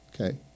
Okay